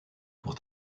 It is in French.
pour